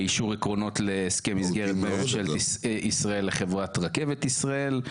אישור עקרונות להסכם מסגרת בין ממשלת ישראל לחברת רכבת ישראל.